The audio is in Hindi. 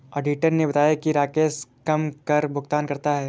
ऑडिटर ने बताया कि राकेश कम कर भुगतान करता है